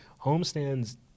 Homestands